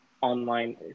online